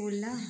होला